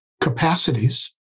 capacities